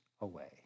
away